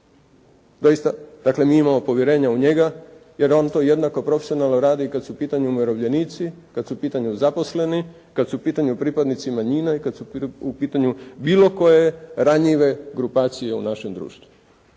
dakle mi imamo povjerenja u njega jer on to jednako profesionalno radi i kada su u pitanju umirovljenici, kada su u pitanju zaposleni, kada su u pitanju pripadnici manjina i kada su u pitanju bilo koje ranjive grupacije u našem društvu.